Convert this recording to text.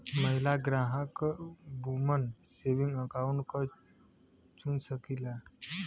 महिला ग्राहक woman saving account क चुन सकलीन